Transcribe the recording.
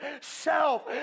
self